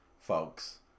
folks